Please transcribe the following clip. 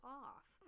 off